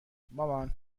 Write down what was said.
مامان